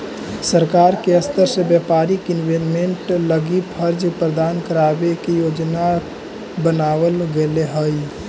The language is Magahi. सरकार के स्तर से व्यापारिक इन्वेस्टमेंट लगी कर्ज प्रदान करावे के योजना बनावल गेले हई